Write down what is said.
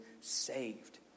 saved